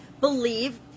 believe